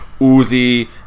Uzi